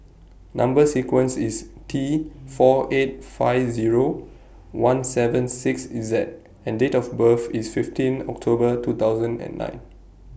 Number sequence IS T four eight five Zero one seven six Z and Date of birth IS fifteen October two thousand and nine